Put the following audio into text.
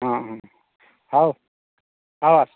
ହଁ ହଁ ହେଉ ହେଉ ଆସ